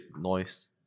noise